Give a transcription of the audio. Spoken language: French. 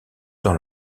dans